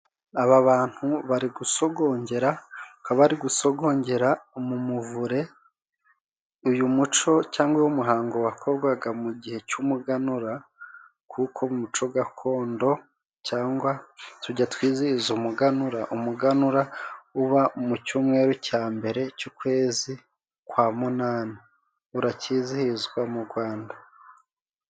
Ababantu bari gusogongera akaba ari gusogongera mumuvure uyu muco cyangwa uy'umuhango wakorwaga mu gihe cy'umuganura kuko umuco gakondo cyangwa tujyatwizihiza umuganura. umuganura uba mu cyumweru cya mbere cy'ukwezi kwa munani uracyizihizwa mu rwanda.